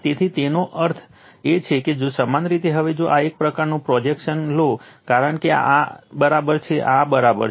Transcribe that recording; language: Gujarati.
તેથી તેનો અર્થ એ છે કે જો સમાન રીતે હવે જો આ એકનું પ્રોજેક્શન લો કારણ કે આ છે આ છે